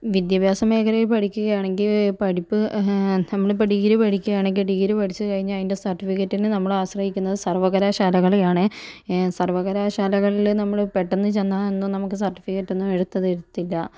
വിദ്യാഭ്യാസ മേഖലയിൽ പഠിക്കുകയാണെങ്കിൽ പഠിപ്പ് നമ്മളിപ്പോൾ ഡിഗ്രി പഠിക്കുകയാണെങ്കിൽ ഡിഗ്രി പഠിച്ചു കഴിഞ്ഞ് അതിൻ്റെ സർട്ടിഫിക്കറ്റിനു നമ്മളാശ്രയിക്കുന്നത് സർവ്വകലാശാലകളെയാണ് സർവ്വകലാശാലകളിൽ നമ്മൾ പെട്ടെന്ന് ചെന്നാൽ ഒന്നും നമുക്ക് സർട്ടിഫിക്കറ്റ് ഒന്നും എടുത്തു തരത്തില്ല